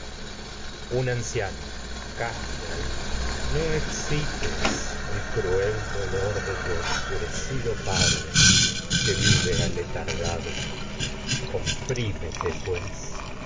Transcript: un anciano calla hijo no excites el cruel dolor tragedias de sófocles de tu enfurecido padre que un vive aletargado comprí mete pues